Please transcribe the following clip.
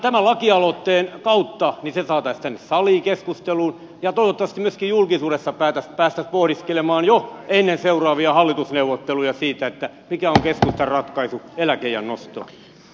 tämän lakialoitteen kautta se saataisiin tänne saliin keskusteluun ja toivottavasti myöskin julkisuudessa päästäisiin pohdiskelemaan jo ennen seuraavia hallitusneuvotteluja siitä mikä on keskustan ratkaisu eläkeiän nostoon